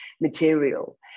material